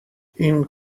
این